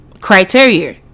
criteria